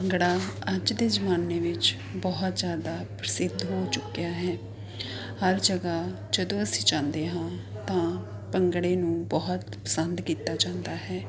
ਭੰਗੜਾ ਅੱਜ ਦੇ ਜ਼ਮਾਨੇ ਵਿੱਚ ਬਹੁਤ ਜ਼ਿਆਦਾ ਪ੍ਰਸਿੱਧ ਹੋ ਚੁੱਕਿਆ ਹੈ ਹਰ ਜਗ੍ਹਾ ਜਦੋਂ ਅਸੀਂ ਜਾਂਦੇ ਹਾਂ ਤਾਂ ਭੰਗੜੇ ਨੂੰ ਬਹੁਤ ਪਸੰਦ ਕੀਤਾ ਜਾਂਦਾ ਹੈ